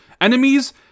enemies